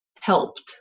helped